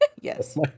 Yes